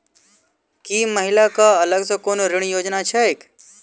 की महिला कऽ अलग सँ कोनो ऋण योजना छैक?